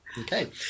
Okay